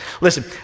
Listen